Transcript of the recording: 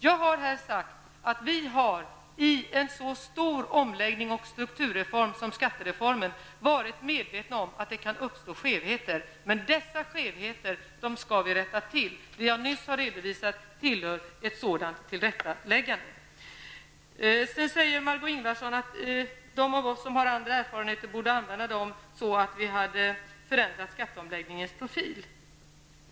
Jag har här tidigare sagt att vi i en så stor omläggning och strukturreform som skattereformen utgör har varit medvetna om att det kan uppstå skevheter. Men dessa skevheter skall vi rätta till. Det jag nyss har redovisat tillhör ett sådant tillrättaläggande. Margó Ingvardsson säger att dem av oss som har andra erfarenheter borde ha använt dessa så att vi förändrat skatteomläggningens profil.